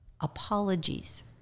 apologies